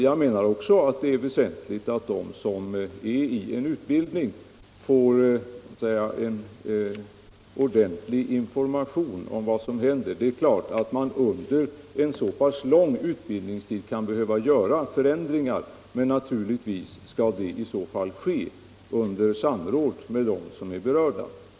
Jag menar också att det är väsentligt att de som befinner sig i en utbildning får ordentlig information om vad som händer. Det är klart att man under en så lång utbildningstid som det här gäller kan behöva företa förändringar, men naturligtvis skall det i så fall ske under samråd med dem som är berörda.